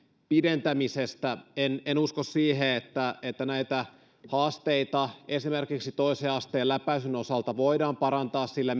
pidentämisestä en en usko siihen että että näitä haasteita esimerkiksi toisen asteen läpäisyn osalta voidaan parantaa merkittävästi sillä